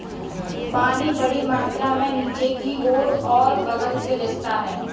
पानी बड़ी मात्रा में नीचे की ओर और बग़ल में रिसता है